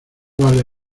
vale